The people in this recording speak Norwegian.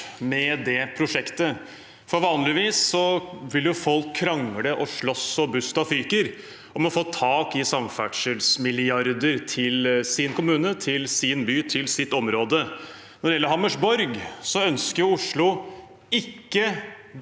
med det prosjektet, for vanligvis vil folk krangle og sloss så busta fyker for å få tak i samferdselsmilliarder til sin kommune, sin by og sitt område. Når det gjelder Hammersborg, ønsker jo ikke Oslo